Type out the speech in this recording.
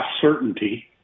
certainty